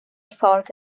ffordd